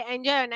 Enjoy